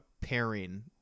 pairing